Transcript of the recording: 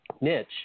niche